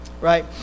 Right